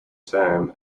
term